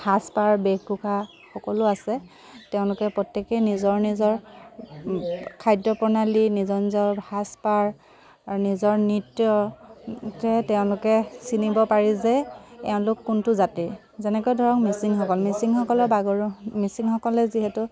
সাজ পাৰ বেশ ভূষা সকলো আছে তেওঁলোকে প্ৰত্যেকেই নিজৰ নিজৰ খাদ্য প্ৰণালী নিজৰ নিজৰ সাজ পাৰ নিজৰ নৃত্য তেওঁলোকে চিনিব পাৰি যে তেওঁলোক কোনটো জাতিৰ যেনেকৈ ধৰক মিচিংসকল মিচিংসকলৰ বাগৰু মিচিংসকলে যিহেতু